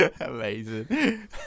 Amazing